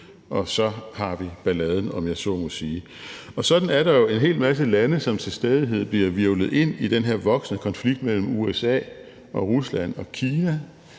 og så har vi balladen, om jeg så må sige. Sådan er der jo en hel masse lande, som til stadighed bliver hvirvlet ind i den her voksende konflikt mellem USA og Rusland og Kina,